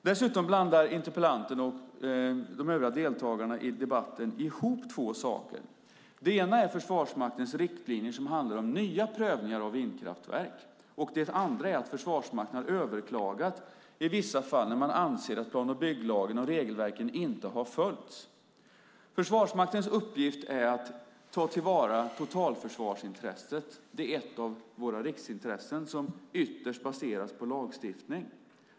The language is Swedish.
Dessutom blandar interpellanten och de övriga deltagarna i debatten ihop två saker. Det ena är Försvarsmaktens riktlinjer, som handlar om nya prövningar av vindkraftverk. Det andra är att Försvarsmakten har överklagat i vissa fall, när man anser att plan och bygglagen och regelverken inte har följts. Försvarsmaktens uppgift är att ta till vara totalförsvarsintresset. Det är ett av våra riksintressen, som ytterst baseras på lagstiftning.